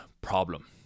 problem